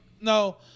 No